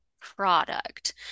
product